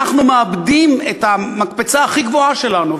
אנחנו מאבדים את המקפצה הכי גבוהה שלנו.